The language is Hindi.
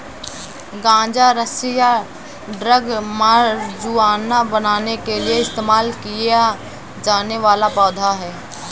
गांजा रस्सी या ड्रग मारिजुआना बनाने के लिए इस्तेमाल किया जाने वाला पौधा है